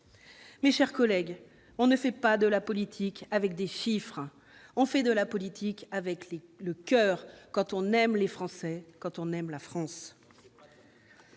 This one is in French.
Mes chers collègues, on ne fait pas de la politique avec des chiffres, on fait de la politique avec le coeur quand on aime les Français, quand on aime la France.